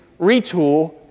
retool